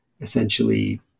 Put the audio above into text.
essentially